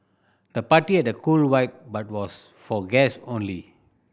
the party had a cool vibe but was for guest only